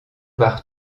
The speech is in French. par